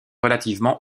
relativement